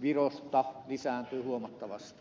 virosta lisääntyy huomattavasti